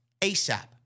ASAP